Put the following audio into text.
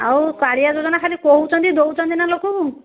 ଆଉ କାଳିଆ ଯୋଜନା ଖାଲି କହୁଛନ୍ତି ଦଉଛନ୍ତି ନା ଲୋକଙ୍କୁ